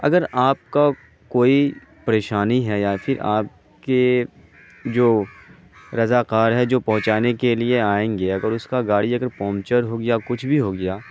اگر آپ کا کوئی پریشانی ہے یا پھر آپ کے جو رضا کار ہیں جو پہنچانے کے لیے آئیں گے اگر اس کا گاڑی اگر پونچر ہو گیا کچھ بھی ہو گیا